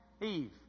Eve